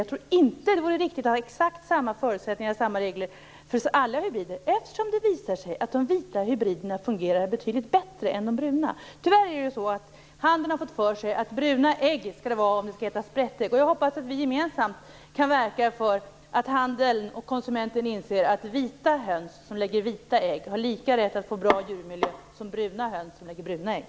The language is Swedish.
Jag tror inte att det är riktigt att ha exakt samma förutsättningar och regler för alla hybrider, eftersom det visar sig att de vita hybriderna fungerar betydligt bättre än de bruna. Tyvärr har handeln fått för sig att det skall vara bruna ägg om det skall heta sprättägg. Jag hoppas att vi gemensamt kan verka för att handeln och konsumenten inser att vita höns som lägger vita ägg har samma rätt till en bra djurmiljö som bruna höns som lägger bruna ägg.